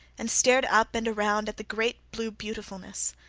and stared up and around at the great blue beautifulness.